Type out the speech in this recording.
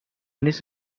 نیست